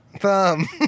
Thumb